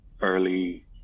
early